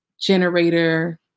generator